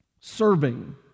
Serving